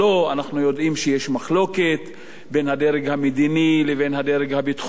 אנחנו יודעים שיש מחלוקת בין הדרג המדיני לבין הדרג הביטחוני,